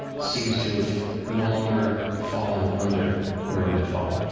seems to have no longer fallen under the rainfall,